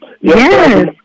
Yes